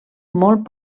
molt